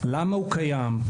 למה הוא קיים,